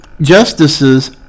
justices